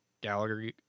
Gallagher